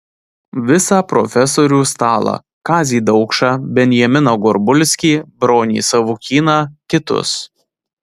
visą profesorių stalą kazį daukšą benjaminą gorbulskį bronį savukyną kitus